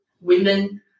women